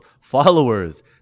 Followers